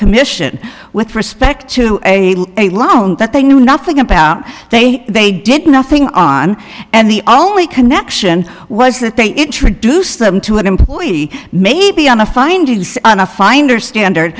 commission with respect to a loan that they knew nothing about they they did nothing on and the only connection was that they introduced them to an employee maybe on a finding on a finder standard